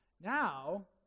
Now